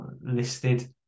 listed